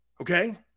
okay